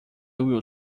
will